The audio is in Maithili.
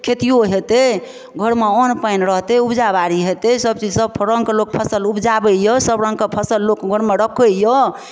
खेतियो होयतै घरमे अन्न पानि रहतै ऊपजा बारी होयतै सबचीजसँ फ्रँक लोक फसल ऊपजाबैया सब रङ्ग कऽ फसल लोक घरमे रखैया